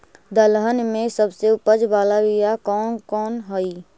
दलहन में सबसे उपज बाला बियाह कौन कौन हइ?